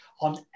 on